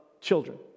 children